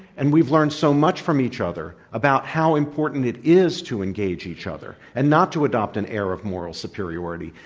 and we've learned so much from each other about how important it is to engage each other, and not to adopt an air of moral superiority,